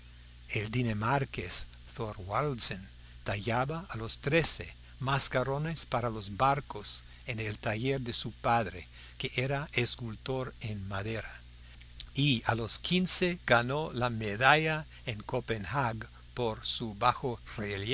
el dinamarqués thorwaldsen tallaba a los trece mascarones para los barcos en el taller de su padre que era escultor en madera y a los quince ganó la medalla en copenhague por su